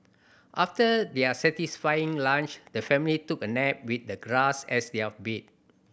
after their satisfying lunch the family took a nap with the grass as their bed